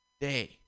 day